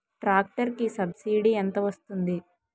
Tractor కి subsidy ఎంత వస్తుంది?